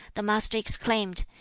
the master exclaimed,